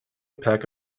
peck